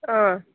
अँ